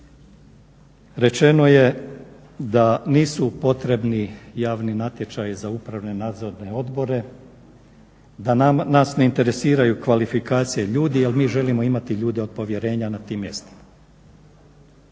rečeno je da nisu potrebni javni natječaji za upravne nadzorne odbore, da nas ne interesiraju kvalifikacije ljudi, jer mi želimo imati ljude od povjerenja na tim mjestima.